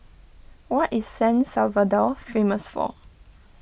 what is San Salvador famous for